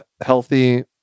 healthy